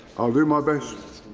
i will do my best!